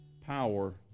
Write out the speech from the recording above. power